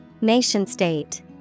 Nation-state